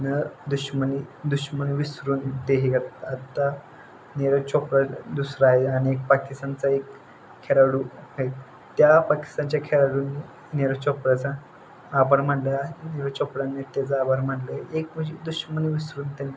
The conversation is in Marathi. न दुष्मनी दुष्मनी विसरून ते हे घेत आत्ता नीरज चोप्रा दुसरा आहे आणि एक पाकिस्तानचा एक खेळाडू आहे त्या पाकिस्तानच्या खेळाडूनं नीरज चोप्राचा आभार मानलं आहे नीरज चोप्रानी त्याचा आभार मानलं आहे एक म्हणजे दुष्मनी विसरून त्यांना